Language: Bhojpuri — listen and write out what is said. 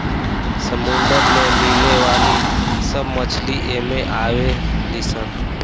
समुंदर में मिले वाली सब मछली एमे आवे ली सन